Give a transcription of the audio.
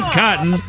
cotton